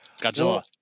Godzilla